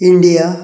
India